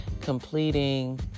completing